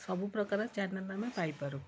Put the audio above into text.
ସବୁପ୍ରକାର ଚ୍ୟାନେଲ୍ ଆମେ ପାଇପାରୁ